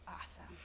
Awesome